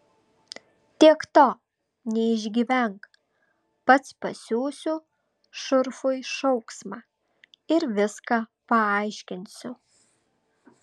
tiek to neišgyvenk pats pasiųsiu šurfui šauksmą ir viską paaiškinsiu